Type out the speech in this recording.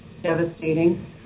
devastating